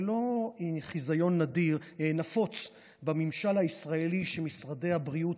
זה לא חיזיון נפוץ בממשל הישראלי שמשרדי הבריאות,